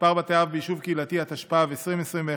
(מספר בתי אב ביישוב קהילתי), התשפ"ב 2021,